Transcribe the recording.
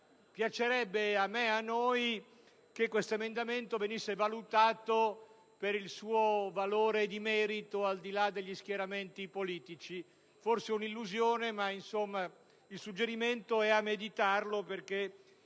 piacerebbe che questo emendamento venisse valutato per il suo valore di merito, al di là degli schieramenti politici. Forse è un'illusione, ma il mio suggerimento è di meditarci